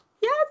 Yes